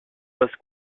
basse